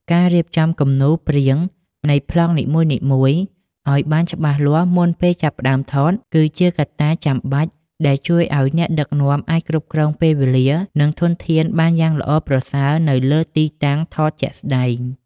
ការរៀបចំគំនូរព្រាងនៃប្លង់នីមួយៗឱ្យបានច្បាស់លាស់មុនពេលចាប់ផ្ដើមថត គឺជាកត្តាចាំបាច់ដែលជួយឱ្យអ្នកដឹកនាំអាចគ្រប់គ្រងពេលវេលា និងធនធានបានយ៉ាងល្អប្រសើរនៅលើទីតាំងថតជាក់ស្ដែង។